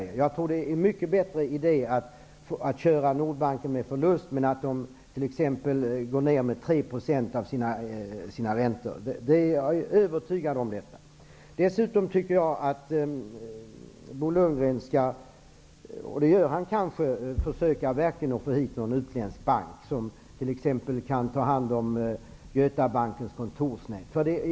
Jag är övertygad om att det är en mycket bättre idé att driva Nordbanken med förlust och sänka räntorna med t.ex. 3 %. Dessutom tycker jag att Bo Lundgren verkligen skall försöka att få hit någon utländsk bank som kan ta hand om t.ex. Gotabankens kontorsnät. Det gör han kanske.